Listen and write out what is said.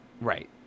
Right